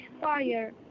fire